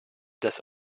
des